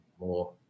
more